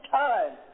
time